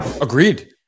Agreed